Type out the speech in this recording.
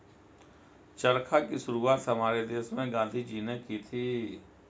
चरखा की शुरुआत हमारे देश में गांधी जी ने की थी